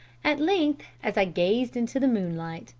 at length, as i gazed into the moonlight,